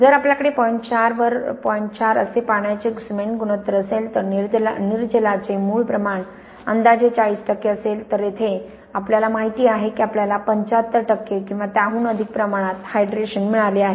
जर आपल्याकडे पॉइंट चार वर पॉइंट चार असे पाण्याचे सिमेंट गुणोत्तर असेल तर निर्जलाचे मूळ प्रमाण अंदाजे चाळीस टक्के असेल तर येथे आपल्याला माहित आहे की आपल्याला पंचाहत्तर टक्के किंवा त्याहून अधिक प्रमाणात हायड्रेशन मिळाले आहे